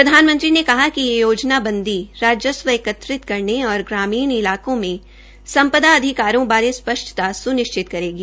प्रधानमंत्री ने कहा कि यह योजनाबंदी राजस्व एकत्रित करने और ग्रामीण इलाकों में सम्पदा अधिकारियों बारे स्पस्ष्टता स्निश्चित करेगी